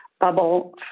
bubble